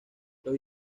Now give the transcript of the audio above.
los